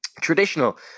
traditional